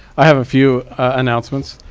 i have a few announcements.